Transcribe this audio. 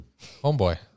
homeboy